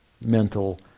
mental